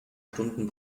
stunden